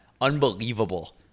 Unbelievable